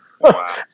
Wow